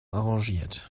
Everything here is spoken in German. arrangiert